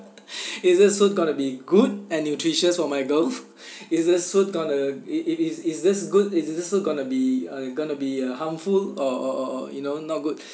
is this food gonna be good and nutritious for my girl is this food gonna i~ i~ is is this good is this food gonna be uh gonna be uh harmful or or or or you know not good